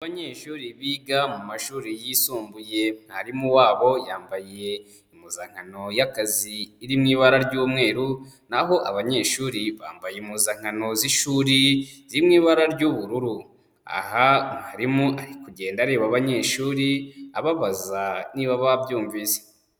Abanyeshuri biga mu mashuri yisumbuye mwarimu wabo yambaye impuzankano y'akazi iri mu ibara ry'umweru, naho abanyeshuri bambaye impuzankano z'ishuri ziri mu ibara ry'ubururu, aha mwarimu ari kugenda areba abanyeshuri ababaza niba babyumvise.